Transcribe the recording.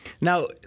Now